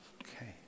Okay